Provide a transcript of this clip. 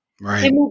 Right